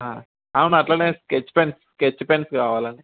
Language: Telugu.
అవును అట్లనే స్కెచ్ పెన్స్ స్కెచ్ పెన్స్ కావాలి అండి